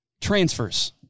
Transfers